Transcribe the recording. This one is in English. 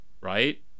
right